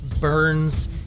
burns